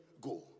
Go